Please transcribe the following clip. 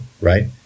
right